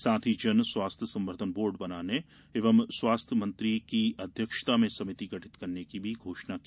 साथ ही जन स्वास्थ्य संवर्धन बोर्ड बनाने एवं स्वास्थ्य मंत्री की अध्यक्षता में समिति गठित करने की भी घोषणा की